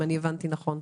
אם הבנתי נכון.